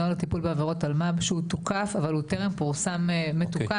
נוהל לטיפול בעבירות אלמ"ב שהוא תוקף אבל הוא טרם פורסם מתוקף.